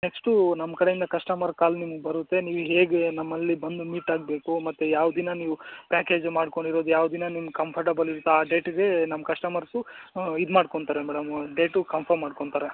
next ನಮ್ಮ ಕಡೆಯಿಂದ customer call ನಿಮ್ಗೆ ಬರುತ್ತೆ ನೀವು ಹೇಗೆ ನಮ್ಮಲ್ಲಿ ಬಂದು ಮೀಟಾಗಬೇಕು ಮತ್ತು ಯಾವ ದಿನ ನೀವು ಪ್ಯಾಕೇಜು ಮಾಡ್ಕೊಂಡಿರೋದು ಯಾವ ದಿನ ನಿಮ್ಗೆ ಕಂಫರ್ಟೆಬಲಿರುತ್ತೋ ಆ ಡೇಟಿಗೆ ನಮ್ಮ ಕಶ್ಟಮರ್ಸು ಇದು ಮಾಡ್ಕೊತಾರೆ ಮೇಡಮ್ ಡೇಟು ಕಮ್ಫಮ್ ಮಾಡ್ಕೊತಾರೆ